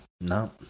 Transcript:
no